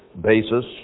basis